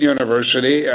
University